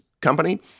company